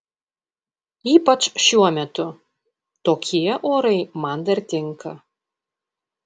ypač šiuo metu tokie orai man dar tinka